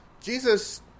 Jesus